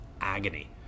agony